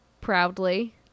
Proudly